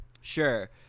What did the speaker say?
sure